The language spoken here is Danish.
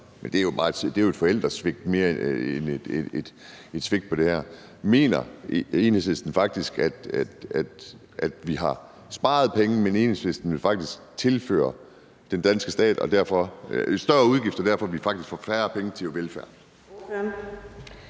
men det er jo mere et forældresvigt end noget andet. Mener Enhedslisten faktisk, at vi har sparet penge, men Enhedslisten vil tilføre den danske stat større udgifter, og at vi derfor får færre penge til velfærd?